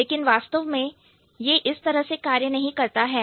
लेकिन वास्तव में यह इस तरह से कार्य नहीं करता है